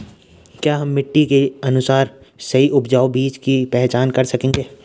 क्या हम मिट्टी के अनुसार सही उपजाऊ बीज की पहचान कर सकेंगे?